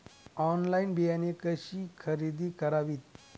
Online बियाणे कशी खरेदी करावीत?